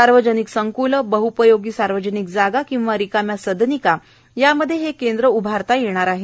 सार्वजनिक संकलं बहपयोगी सार्वजनिक जागा किंवा रिकाम्या सदनिका यामध्ये हे केंद्र उभारता येणार आहे